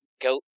Go